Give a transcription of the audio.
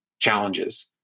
challenges